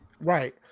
Right